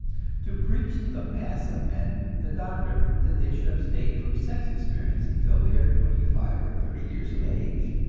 to preach to the mass of men the doctrine that they should abstain from sex experience until they are twenty-five or thirty years of age.